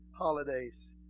Holidays